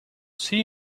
see